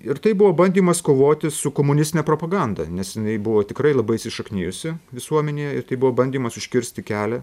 ir tai buvo bandymas kovoti su komunistine propaganda nes jinai buvo tikrai labai įsišaknijusi visuomenėje ir tai buvo bandymas užkirsti kelią